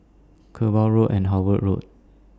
Kerbau Road and Howard Road